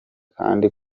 kandi